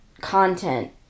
content